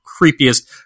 creepiest